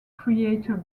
creator